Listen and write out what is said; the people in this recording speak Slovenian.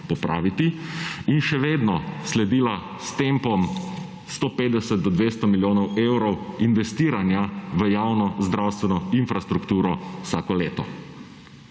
in še vedno sledila s tempom 150 do 200 milijonov evrov investiranja v javno zdravstveno infrastrukturo vsako leto.